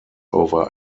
over